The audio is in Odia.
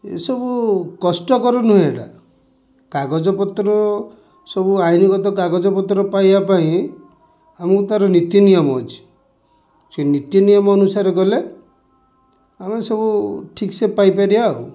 ଏସବୁ କଷ୍ଟକର ନୁହେଁ ଏଟା କାଗଜପତ୍ର ସବୁ ଆଇନଗତ କାଗଜପତ୍ର ପାଇବା ପାଇଁ ଆମକୁ ତା'ର ନୀତିନିୟମ ଅଛି ସେ ନୀତିନିୟମ ଅନୁସାରେ ଗଲେ ଆମେ ସବୁ ଠିକ୍ ସେ ପାଇପାରିବା ଆଉ